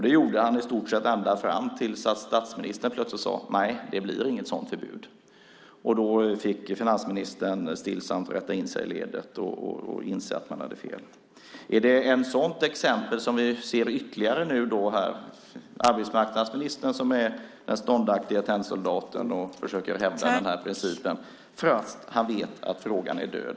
Det gjorde han i stort sett ända fram till att statsministern plötsligt sade: Nej, det blir inte något sådant förbud. Då fick finansministern stillsamt rätta in sig i ledet och inse att han hade fel. Är det ytterligare ett sådant exempel som vi ser här? Är det arbetsmarknadsministern som är den ståndaktige tennsoldaten och försöker hävda den här principen fastän han vet att frågan är död?